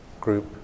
group